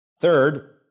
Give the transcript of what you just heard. Third